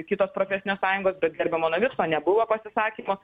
kitos profesinės sąjungos bet gerbiamo navicko nebuvo pasisakymo